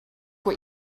what